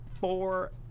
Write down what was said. four